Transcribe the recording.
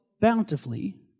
bountifully